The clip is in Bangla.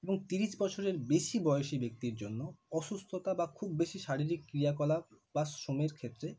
এবং তিরিশ বছরের বেশি বয়সী ব্যক্তির জন্য অসুস্থতা বা খুব বেশি শারীরিক ক্রিয়াকলাপ বা শ্রমের ক্ষেত্রে